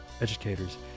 educators